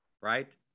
right